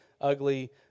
ugly